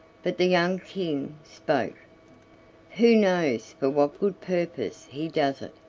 but the young king spoke who knows for what good purpose he does it?